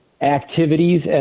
activities